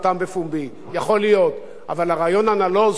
אבל הרעיון הנלוז שעלה מהצד הזה של הבית,